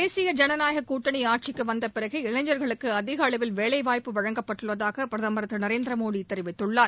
தேசிய ஜனநாயகக் கூட்டணி ஆட்சிக்கு வந்த பிறகு இளைஞர்களுக்கு அதிகளவில் வேலை வாய்ப்பு வழங்கப்பட்டுள்ளதாக பிரதமர் திரு நரேந்திர மோடி தெரிவித்துள்ளார்